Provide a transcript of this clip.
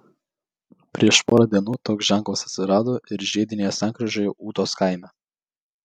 prieš porą dienų toks ženklas atsirado ir žiedinėje sankryžoje ūtos kaime